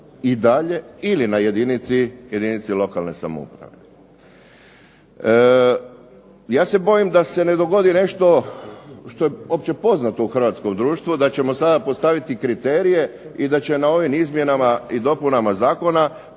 Vladi ili na jedinici lokalne samouprave. Ja se bojim da se ne dogodi nešto što je opće poznato u Hrvatskom društvu, da ćemo sada postaviti kriterije i da će na ovim izmjenama i dopunama Zakona